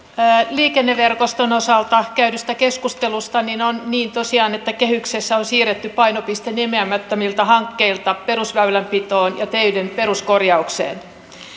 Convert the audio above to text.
liikenneverkoston osalta käydystä keskustelusta on niin tosiaan että kehyksessä on siirretty painopiste nimeämättömiltä hankkeilta perusväylänpitoon ja teiden peruskorjaukseen